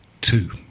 two